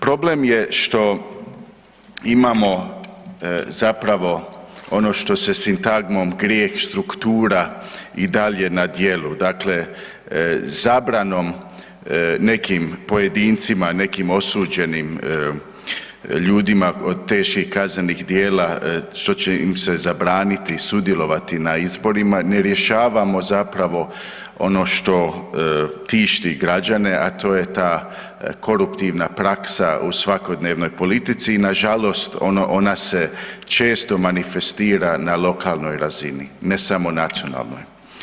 Problem je što imamo zapravo ono to se sintagmom grijeh struktura i dalje na djelu, dakle zabranom nekim pojedincima, nekim osuđenim ljudima od teških kaznenih djela što će im se zabraniti sudjelovati na izborima ne rješavamo zapravo nono što tišti građane, a to je ta koruptivna praksa u svakodnevnoj politici i nažalost ona se često manifestira na lokalnoj razini, ne samo nacionalnoj.